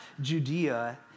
Judea